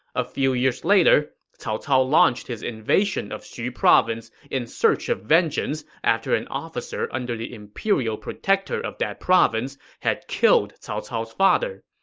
a few years later, cao cao launched his invasion of xu province in search of vengeance after an officer under the imperial protector of that province had killed cao cao's father.